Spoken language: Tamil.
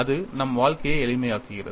அது நம் வாழ்க்கையை எளிமையாக்குகிறது